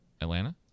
Atlanta